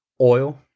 Oil